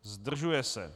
Zdržuje se.